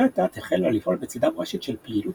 ואט-אט החלה לפעול בצידם רשת של פעילות